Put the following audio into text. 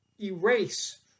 erase